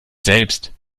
selbst